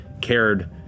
cared